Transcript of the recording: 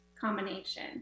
combination